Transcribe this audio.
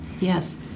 Yes